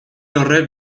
horrek